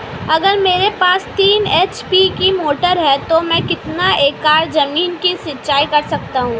अगर मेरे पास तीन एच.पी की मोटर है तो मैं कितने एकड़ ज़मीन की सिंचाई कर सकता हूँ?